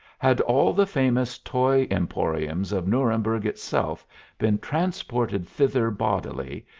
had all the famous toy emporiums of nuremberg itself been transported thither bodily,